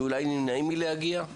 שאולי נמנעים מלהגיע?